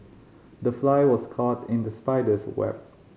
the fly was caught in the spider's web